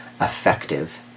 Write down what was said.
effective